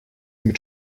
mit